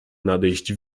nadejść